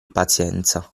pazienza